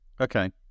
okay